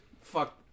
Fuck